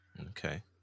okay